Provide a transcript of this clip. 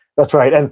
that's right. and